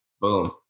boom